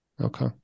Okay